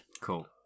Cool